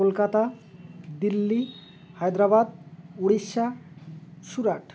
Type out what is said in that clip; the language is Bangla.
কলকাতা দিল্লি হায়দ্রাবাদ উড়িষ্যা সুরাট